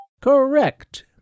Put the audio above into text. Correct